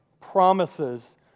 promises